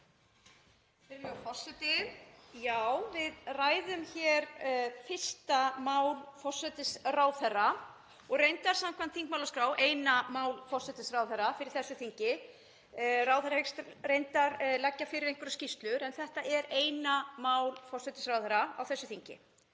Virðulegi forseti. Við ræðum hér fyrsta mál forsætisráðherra og reyndar samkvæmt þingmálaskrá eina mál forsætisráðherra á þessu þingi. Ráðherra hyggst reyndar leggja fram einhverjar skýrslur en þetta er eina mál forsætisráðherra á þessu þingi.